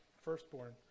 firstborn